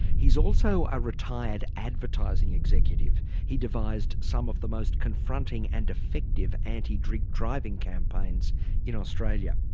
he's also a retired advertising executive. he devised some of the most confronting and effective anti-drink-driving campaigns in australia.